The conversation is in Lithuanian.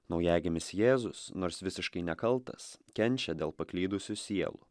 naujagimis jėzus nors visiškai nekaltas kenčia dėl paklydusių sielų